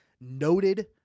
noted